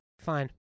Fine